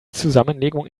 zusammenlegung